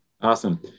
Awesome